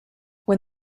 when